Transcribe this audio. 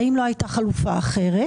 האם לא הייתה חלופה אחרת?